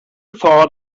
thought